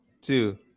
two